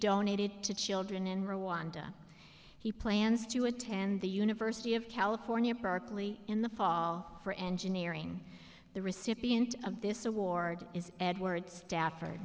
donated to children in rwanda he plans to attend the university of california berkeley in the fall for engineering the recipient of this award is edward